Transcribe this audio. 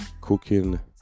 cooking